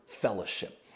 fellowship